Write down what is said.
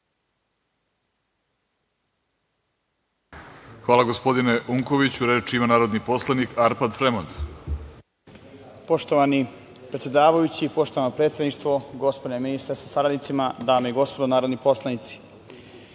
Hvala, gospodine Unkoviću. Reč ima narodni poslanik Arpard Fremond. **Arpad Fremond** Poštovani predsedavajući, poštovano predsedništvo, gospodine ministre sa sradnicima, dame i gospodo narodni poslanici,